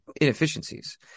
inefficiencies